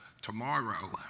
tomorrow